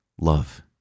love